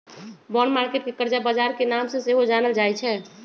bond market के करजा बजार के नाम से सेहो जानल जाइ छइ